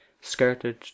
skirted